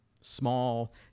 small